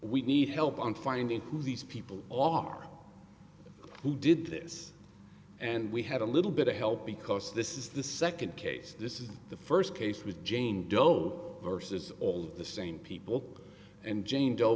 we need help on finding who these people all are who did this and we had a little bit of help because this is the second case this is the first case with jane doe versus all the same people and jane do